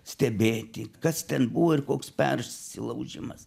stebėti kas ten buvo ir koks persilaužimas